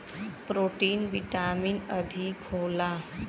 protein vitamin अधिक होला